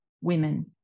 women